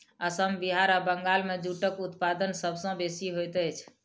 असम बिहार आ बंगाल मे जूटक उत्पादन सभ सॅ बेसी होइत अछि